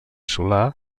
solà